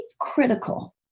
critical